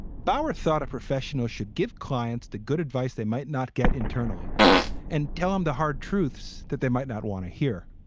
bauer thought professionals should give clients the good advice they might not get internally and tell him the hard truths that they might not want to hear.